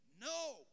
no